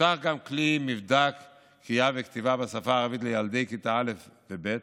פותח גם כלי מבדק קריאה וכתיבה בשפה הערבית לילדי כיתה א' וב'